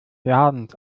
ladens